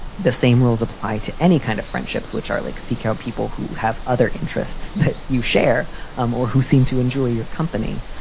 the same rules apply to any kind of friendships which are like seek out people who have other interests that you share um or who seem to enjoy your company.